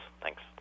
Thanks